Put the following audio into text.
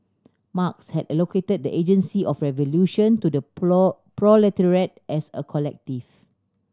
Marx had allocated the agency of revolution to the proletariat as a collective